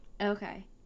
Okay